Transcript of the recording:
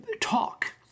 talk